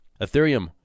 Ethereum